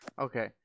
Okay